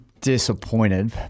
disappointed